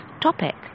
topic